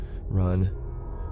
run